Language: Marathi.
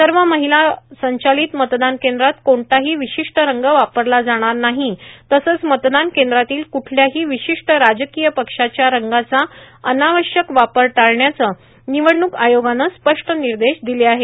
सव माहला संचालित मतदान कद्रात कोणताही र्वाशिष्ट रंग वापरला जाणार नाही तसंच मतदान कद्रातील कुठल्याहो र्वाशष्ट राजकोय पक्षाच्या रंगाचा अनावश्यक वापर टाळण्याचं निवडणूक आयोगानं स्पष्ट निदश दिले आहेत